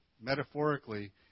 metaphorically